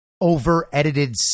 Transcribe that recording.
over-edited